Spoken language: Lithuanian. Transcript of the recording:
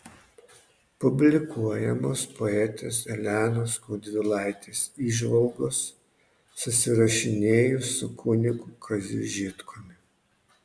publikuojamos poetės elenos skaudvilaitės įžvalgos susirašinėjus su kunigu kaziu žitkumi